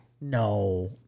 No